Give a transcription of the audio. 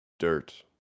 dirt